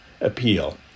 appeal